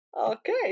Okay